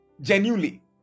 Genuinely